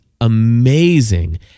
amazing